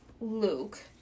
Luke